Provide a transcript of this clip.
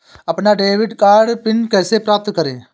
अपना debit card PIN कैसे प्राप्त करें?